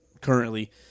currently